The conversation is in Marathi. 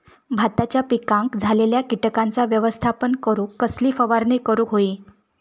भाताच्या पिकांक झालेल्या किटकांचा व्यवस्थापन करूक कसली फवारणी करूक होई?